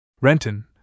Renton